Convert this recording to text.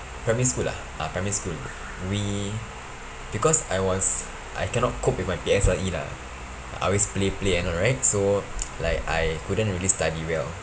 primary school ah uh primary school we because I was I cannot cope with my P_S_L_E lah I always play play and all right so like I couldn't really study well